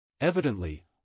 Evidently